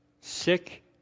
sick